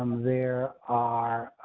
there are, ah.